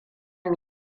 mu